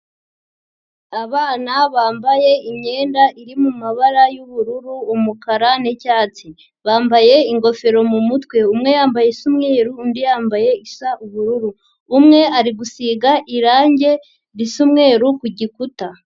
Abana bambaye imyenda iri mu amabara y'ubururu, umukara n'icyatsi bambaye ingofero mu umutwe umwe yambaye isa umweru, undi yambaye isa ubururu umwe ari gusiga irange risa umweru ku igikuta.